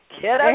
kiddo